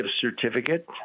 certificate